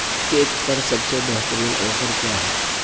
cake پر سب سے بہترین آفر کیا ہے